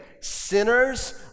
Sinners